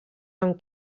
amb